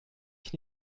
ich